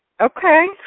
Okay